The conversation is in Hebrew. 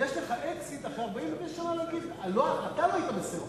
יש לך exit אחרי 49 שנה להגיד: אתה לא היית בסדר,